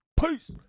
Peace